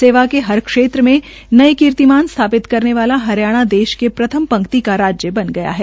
सेवा के हर क्षेत्र में नये कीर्तिमान स्थापित करने वाला हरियाणा देश के प्रथम पंक्ति का राज्य बन गया है